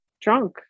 drunk